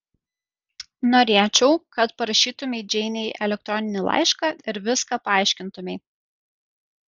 norėčiau kad parašytumei džeinei elektroninį laišką ir viską paaiškintumei